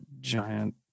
giant